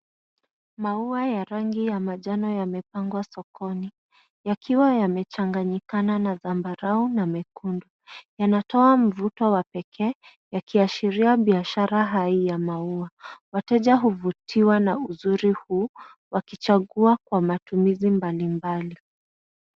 Maua ya rangi ya njano yamepangwa sokoni yakiwa yamechanganyikana zambarau na mekundu. Yanatoa mvuto wa pekee yakiashiria biashara hai ya maua. Wateja huvutiwa na uzuri huu wakichagua kwa matumizi mbalimbali.